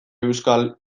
euskal